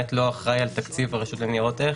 אחראי על תקציב רשות ניירות ערך.